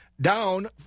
down